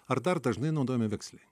ar dar dažnai naudojami vekseliai